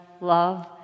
love